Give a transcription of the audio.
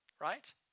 right